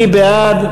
מי בעד?